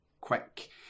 quick